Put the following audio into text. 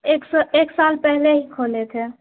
ایک سو ایک سال پہلے ہی کھولے تھے